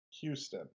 Houston